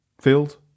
field